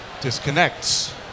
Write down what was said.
disconnects